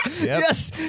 Yes